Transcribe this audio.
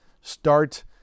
Start